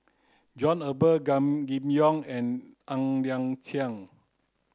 John Eber Gan Kim Yong and Ng Liang Chiang